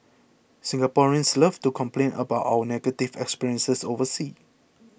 Singaporeans love to complain about our negative experiences overseas